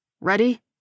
Ready